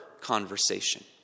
conversation